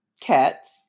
cats